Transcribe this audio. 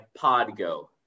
Podgo